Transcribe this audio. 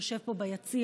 שיושב פה ביציע,